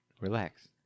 Relax